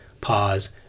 pause